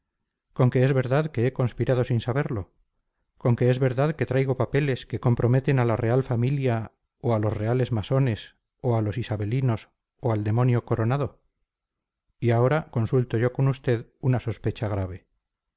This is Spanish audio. con que es verdad que he conspirado sin saberlo con que es verdad que traigo papeles que comprometen a la real familia o a los reales masones o a los isabelinos o al demonio coronado y ahora consulto yo con usted una sospecha grave